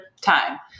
Time